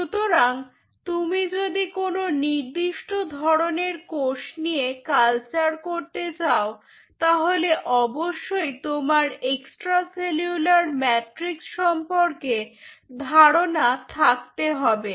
সুতরাং তুমি যদি কোনো নির্দিষ্ট ধরনের কোষ নিয়ে কালচার করতে চাও তাহলে অবশ্যই তোমার এক্সট্রা সেলুলার ম্যাট্রিক্স সম্পর্কে ধারণা থাকতে হবে